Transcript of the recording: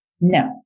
No